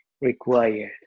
required